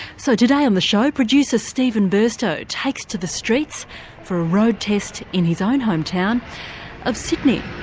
so today on the show producer stephen burstow takes to the streets for a road test in his own hometown of sydney.